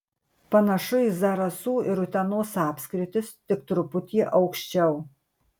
panašu į zarasų ir utenos apskritis tik truputį aukščiau